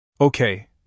Okay